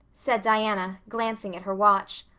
said diana, glancing at her watch.